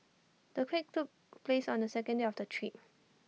the quake took place on the second day of the trip